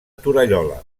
torallola